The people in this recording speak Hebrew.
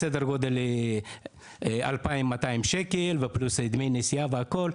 בסדר גודל של 2200 שקל פלוס דמי נסיעה והכל.